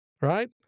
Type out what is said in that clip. right